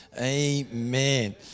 Amen